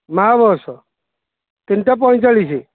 ମା ବସ୍ ତିନିଟା ପଇଁଚାଳିଶି